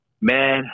Man